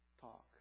talk